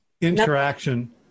interaction